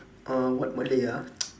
uh what malay ah